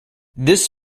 this